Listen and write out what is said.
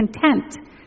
content